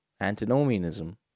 Antinomianism